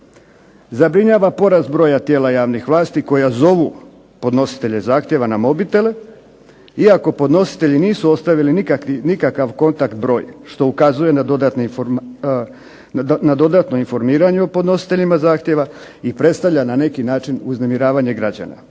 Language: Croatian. Zabrinjava porast broja tijela javnih vlasti koja zovu podnositelje zahtjeva na mobitele, iako podnositelji nisu ostavili nikakav kontakt broj, što ukazuje na dodatno informiranje o podnositelju zahtjeva i predstavlja na neki način uznemiravanje građana.